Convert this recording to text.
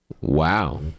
Wow